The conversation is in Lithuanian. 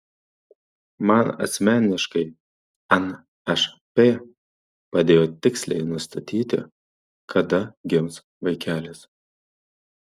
man asmeniškai nšp padėjo tiksliai nustatyti kada gims vaikelis